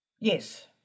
Yes